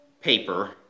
paper